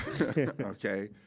okay